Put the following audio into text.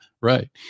right